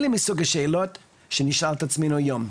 אלה מסוג השאלות שנשאל את עצמנו היום.